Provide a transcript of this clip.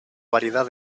variedad